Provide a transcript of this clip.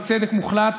בצדק מוחלט,